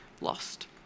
lost